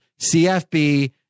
cfb